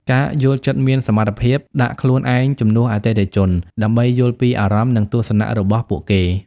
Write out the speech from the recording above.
ការយល់ចិត្តមានសមត្ថភាពដាក់ខ្លួនឯងជំនួសអតិថិជន ដើម្បីយល់ពីអារម្មណ៍ និងទស្សនៈរបស់ពួកគេ។